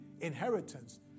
inheritance